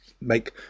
make